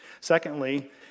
Secondly